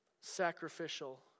Sacrificial